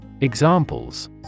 Examples